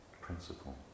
principle